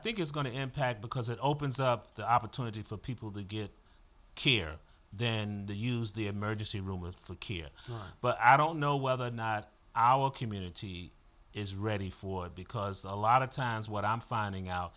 think it's going to impact because it opens up the opportunity for people to get care then use the emergency room for care but i don't know whether or not our community is ready for it because a lot of times what i'm finding out